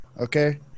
Okay